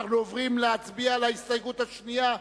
לסעיף 56(4)